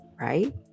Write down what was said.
right